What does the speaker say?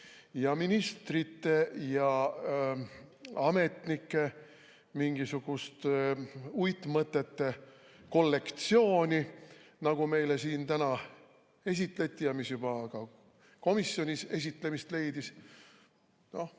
ja ministrite ja ametnike mingisugust uitmõtete kollektsiooni, nagu meile siin täna esitleti ja mis ka komisjonis esitlemist leidis –